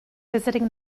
visiting